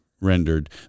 Rendered